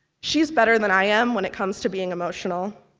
she's better than i am when it comes to being emotional.